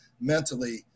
mentally